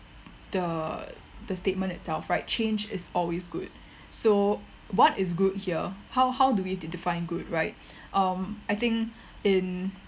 the the statement itself right change is always good so what is good here how how do we de~ define good right um I think in